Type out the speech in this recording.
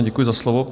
Děkuji za slovo.